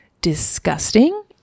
disgusting